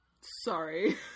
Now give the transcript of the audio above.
sorry